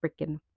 freaking